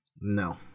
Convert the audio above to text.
No